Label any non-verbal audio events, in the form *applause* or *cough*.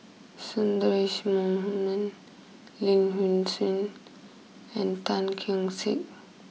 Sundaresh Menon Lin *unintelligible* Hsin and Tan Keong Saik